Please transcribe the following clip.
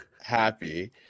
happy